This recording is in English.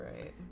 Right